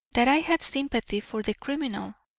that i had sympathy for the criminal.